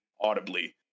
audibly